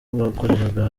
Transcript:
bakoraga